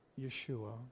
Yeshua